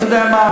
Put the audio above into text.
אתה יודע מה,